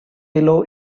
below